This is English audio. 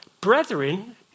brethren